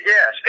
Yes